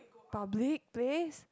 public place